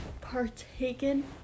partaken